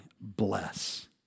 bless